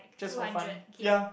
just for fun ya